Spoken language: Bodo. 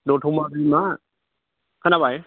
दथमा बिमा खोनाबाय